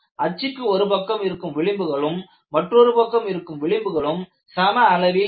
அச்சுக்கு ஒரு பக்கம் இருக்கும் விளிம்புகளும் மற்றொரு பக்கம் இருக்கும் விளிம்புகளும் சமமான அளவில் இல்லை